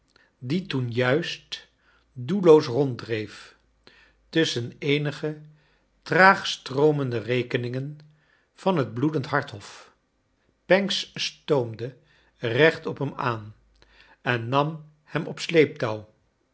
die toen juist doelloos ronddreef tusschen eenige traag stroomende rekeningen van het bloedend hart hof pancks stoomde recht op hem aan en nam hem op sleeptouw